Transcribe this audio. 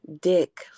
dick